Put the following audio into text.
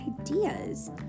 ideas